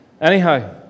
Anyhow